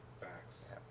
Facts